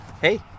Hey